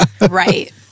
right